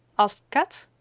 asked kat.